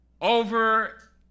over